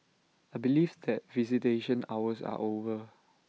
I believe that visitation hours are over